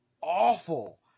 awful